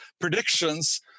predictions